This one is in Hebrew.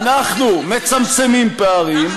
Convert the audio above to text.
נזכרת מאוחר מדי.